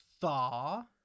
Thaw